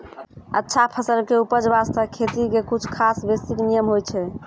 अच्छा फसल के उपज बास्तं खेती के कुछ खास बेसिक नियम होय छै